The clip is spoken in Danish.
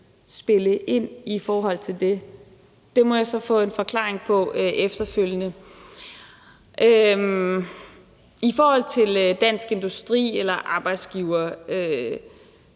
spille ind i forhold til det. Det må jeg så få en forklaring på efterfølgende. I forhold til Dansk Industri eller arbejdsgivere